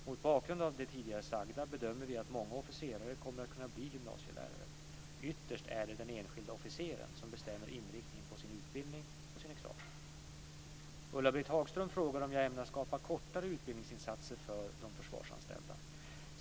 Mot bakgrund av det tidigare sagda bedömer vi att många officerare kommer att kunna bli gymnasielärare. Ytterst är det den enskilde officeraren som bestämmer inriktningen på sin utbildning och sin examen. Ulla-Britt Hagström frågar om jag ämnar skapa kortare utbildningsinsatser för de försvarsanställda.